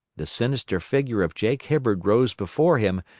the sinister figure of jake hibbard rose before him,